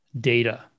data